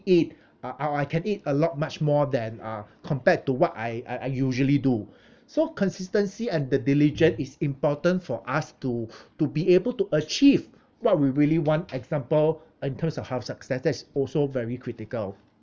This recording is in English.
eat uh or I can eat a lot much more than uh compared to what I I I usually do so consistency and the diligent is important for us to to be able to achieve what we really want example in terms of health success that is also very critical